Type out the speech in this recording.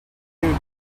you